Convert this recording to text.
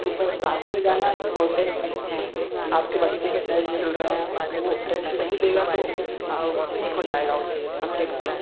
तो सर शादी में जाना इंपॉर्टेंट नहीं है आपके बच्चे के टेस्ट चल रहे हैं वो टेस्ट नहीं देगा तो वीक हो जाएगा उस सब्जेक्ट पे